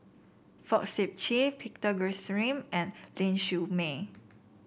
Fong Sip Chee Peter Gilchrist and Ling Siew May